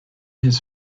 his